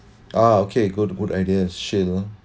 ah okay good good idea shield lah